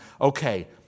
okay